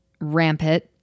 rampant